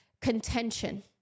contention